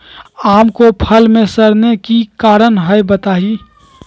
आम क फल म सरने कि कारण हई बताई?